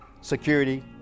security